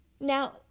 now